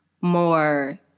more